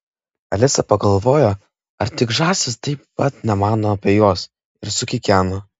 alisa pagalvojo ar tik žąsys taip pat nemano apie juos ir sukikeno